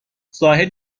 زاهد